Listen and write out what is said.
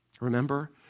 Remember